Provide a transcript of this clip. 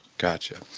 got you.